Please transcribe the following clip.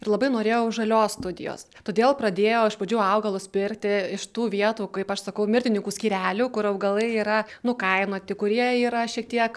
ir labai norėjau žalios studijos todėl pradėjau iš pradžių augalus pirkti iš tų vietų kaip aš sakau mirtininkų skyrelių kur augalai yra nukainoti kur jie yra šiek tiek